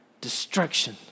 Destruction